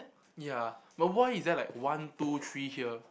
ya but why is there like one two three here